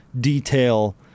detail